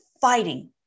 fighting